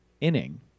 inning